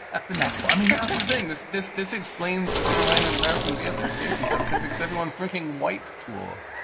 that's the next. i mean, that's the thing. this this this explains the decline in american beer like beer consumption because everyone's drinking white klaw,